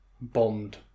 bond